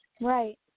Right